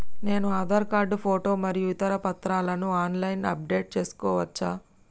నేను Aadhaar card photo మరియు ఇతర పత్రాలను ఆన్ లైన్ అప్ డెట్ చేసుకోవచ్చా?